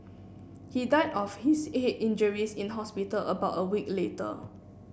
he died of his head injuries in hospital about a week later